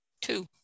Two